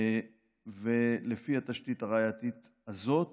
ולפי התשתית הראייתית הזאת